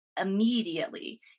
immediately